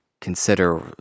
consider